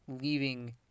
leaving